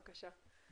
בבקשה.